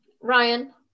Ryan